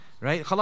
Right